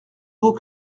beau